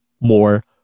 more